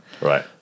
Right